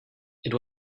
this